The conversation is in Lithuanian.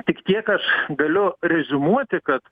tik tiek aš galiu reziumuoti kad